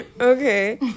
okay